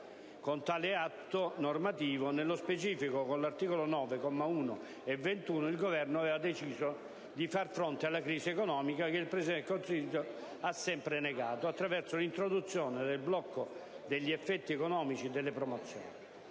Con tale atto normativo, nello specifico con l'articolo 9, commi 1 e 21, il Governo aveva deciso di far fronte alla crisi economica, che il Presidente del Consiglio ha sempre negato, attraverso l'introduzione del blocco degli effetti economici delle promozioni.